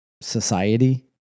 society